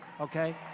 Okay